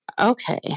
Okay